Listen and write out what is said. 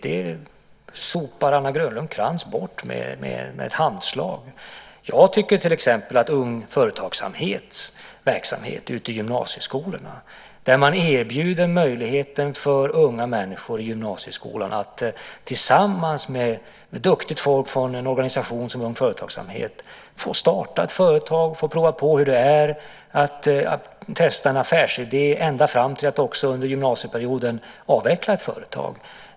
Det sopar Anna Grönlund Krantz bort med ett handslag. Jag tycker till exempel att Ung Företagsamhets verksamhet ute i gymnasieskolorna är viktig. Unga människor i gymnasieskolan erbjuds att tillsammans med duktigt folk från en organisation som Ung Företagsamhet få starta ett företag. De får prova på hur det är att testa en affärsidé ända fram till att under gymnasieperioden också avveckla ett företag.